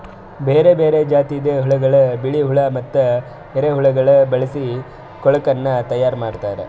ಬೇರೆ ಬೇರೆ ಜಾತಿದ್ ಹುಳಗೊಳ್, ಬಿಳಿ ಹುಳ ಮತ್ತ ಎರೆಹುಳಗೊಳ್ ಬಳಸಿ ಕೊಳುಕನ್ನ ತೈಯಾರ್ ಮಾಡ್ತಾರ್